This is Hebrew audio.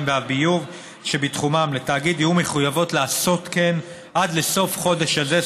והביוב שבתחומן לתאגיד יהיו חייבות לעשות כן עד לסוף החודש הזה,